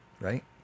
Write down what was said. Right